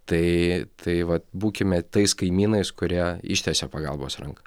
tai tai va būkime tais kaimynais kurie ištiesė pagalbos ranką